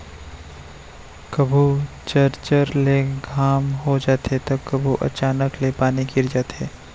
कभू चरचर ले घाम हो जाथे त कभू अचानक ले पानी गिर जाथे